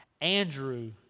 Andrew